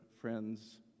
friends